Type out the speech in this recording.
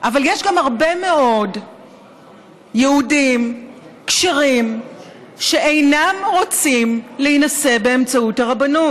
אבל יש גם הרבה מאוד יהודים כשרים שאינם רוצים להינשא באמצעות הרבנות.